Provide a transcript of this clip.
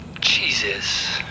Jesus